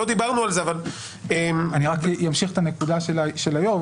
אבל --- בהמשך לדברי היו"ר,